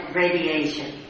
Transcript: radiation